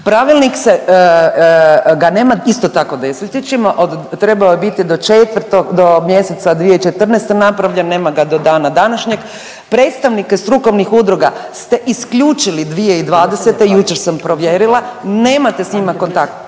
Pravilnika ga nema isto tako desetljećima od trebao je biti od do 4. mjeseca 2014. napravljen, nema ga do dana današnjeg. Predstavnike strukovnih udruga ste isključili 2020. jučer sam provjerila, nemate s njima kontakt.